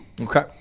Okay